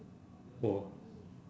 oh